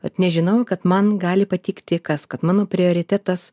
bet nežinojau kad man gali patikti kas kad mano prioritetas